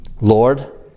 Lord